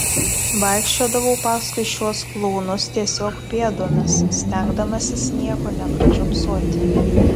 vaikščiodavau paskui šiuos klounus tiesiog pėdomis stengdamasis nieko nepražiopsoti